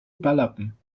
überlappen